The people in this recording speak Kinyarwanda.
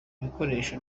ibikoresho